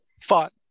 fought